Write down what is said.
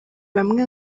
bamwe